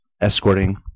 escorting